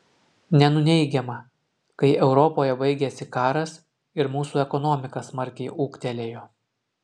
nenuneigiama kai europoje baigėsi karas ir mūsų ekonomika smarkiai ūgtelėjo